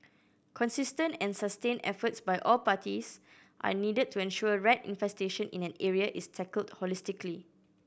consistent and sustained efforts by all parties are needed to ensure rat infestation in an area is tackled holistically